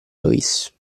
loïs